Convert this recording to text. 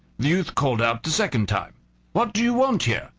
the youth called out the second time what do you want here?